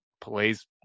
plays